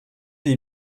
les